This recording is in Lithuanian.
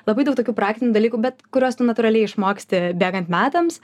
labai daug tokių praktinių dalykų bet kuriuos tu natūraliai išmoksti bėgant metams